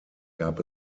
gab